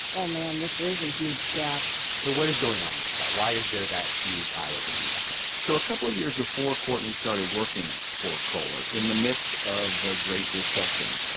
oh, man, this is a huge gap so what is going on there, scott? why is there that huge, eye-opening gap? so a couple of years before courtney started working for kohler, in the midst of the great recession,